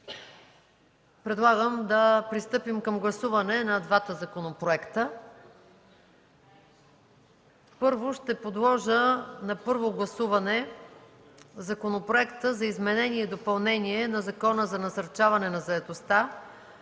Предлагам да пристъпим към гласуване на двата законопроекта. Първо ще подложа на първо гласуване Законопроекта за изменение и допълнение на Закона за насърчаване на заетостта